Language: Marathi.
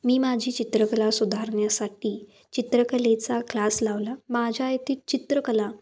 मी माझी चित्रकला सुधारण्यासाठी चित्रकलेचा क्लास लावला माझ्या इथे चित्रकला